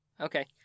Okay